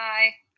Bye